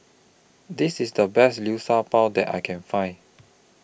This IS The Best Liu Sha Bao that I Can Find